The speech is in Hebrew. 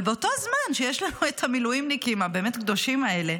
אבל באותו הזמן שיש לנו את המילואימניקים הבאמת קדושים האלה